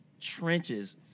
trenches